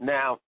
Now